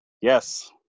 Yes